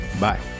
Bye